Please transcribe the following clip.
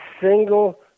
single